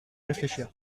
réfléchir